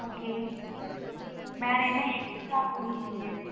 okay வேறு என்ன extra முடித்தீங்க